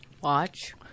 Watch